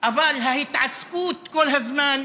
אבל ההתעסקות היא כל הזמן,